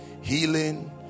healing